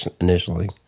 initially